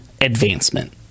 advancement